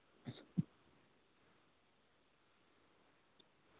आओर बिहारके जलवायु भी बहुत बढ़िआँ छै